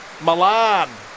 Milan